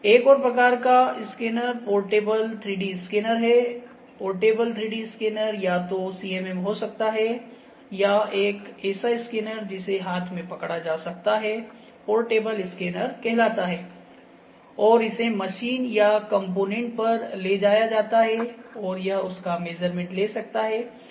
एक और प्रकार का स्कैनर पोर्टेबल 3D स्कैनर है पोर्टेबल 3D स्कैनर या तो CMM हो सकता है या एक ऐसा स्कैनर जिसे हाथ में पकड़ा जा सकता है पोर्टेबल स्कैनर कहलाता है और इसे मशीन या कॉम्पोनेन्ट पर ले जाया जाता है और यह उसका मेजरमेंट ले सकता है